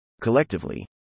Collectively